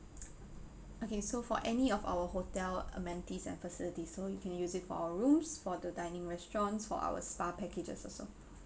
okay so for any of our hotel amenities and facilities so you can use it for our rooms for the dine in restaurants for our spa packages also